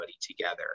together